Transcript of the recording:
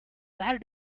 where